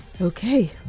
Okay